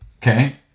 Okay